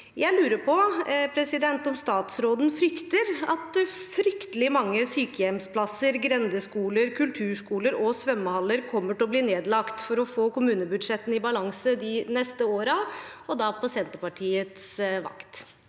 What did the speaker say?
Jeg lurer på om statsråden frykter at fryktelig mange sykehjemsplasser, grendeskoler, kulturskoler og svømmehaller kommer til å bli nedlagt for å få kommunebudsjettene i balanse de neste årene, og da på Senterpartiets vakt.